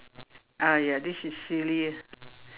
ah ya this is silly